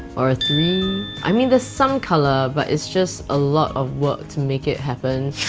or a three? i mean, there's some colour but it's just a lot of work to make it happen.